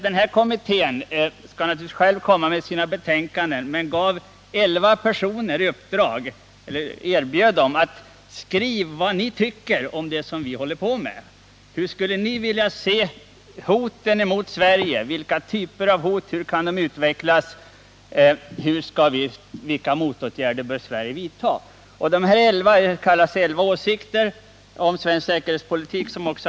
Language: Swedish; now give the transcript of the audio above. Den här kommittén skall naturligtvis själv komma med sina betänkanden, men vi gav ett uppdrag eller erbjudande till elva personer: Skriv vad ni tycker om det som vi håller på med. Hur skulle ni beskriva hoten mot Sverige? Vilka typer av hot är det? Hur kan de utvecklas? Vilka motåtgärder bör Sverige vidta? Denna skrift kallas Elva åsikter om svensk säkerhetspolitik.